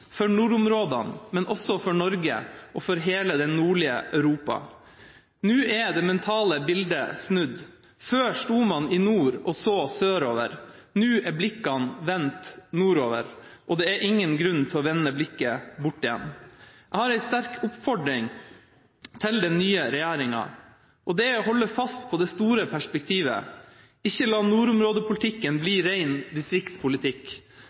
for nordområdene selvfølgelig, men også for Norge og for hele det nordlige Europa.» Nå er det mentale bildet snudd. Før sto man i nord og så sørover. Nå er blikkene vendt nordover, og det er ingen grunn til å vende blikket bort igjen. Jeg har en sterk oppfordring til den nye regjeringa, og det er å holde fast på det store perspektivet – ikke la nordområdepolitikken bli rein distriktspolitikk.